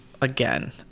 again